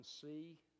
see